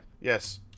Yes